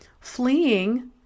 Fleeing